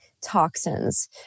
toxins